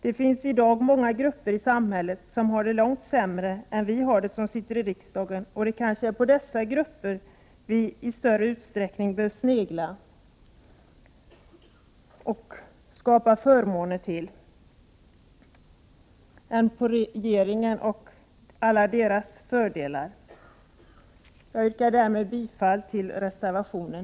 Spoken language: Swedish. Det finns i dag många grupper i samhället som har det långt sämre än vi som sitter i riksdagen, och det är kanske på dessa grupper vi i större utsträckning bör snegla — och skapa förmåner åt — än på regeringen och dess fördelar. Jag yrkar härmed bifall till reservationen.